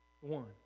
One